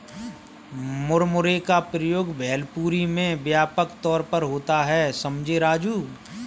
मुरमुरे का प्रयोग भेलपुरी में व्यापक तौर पर होता है समझे राजू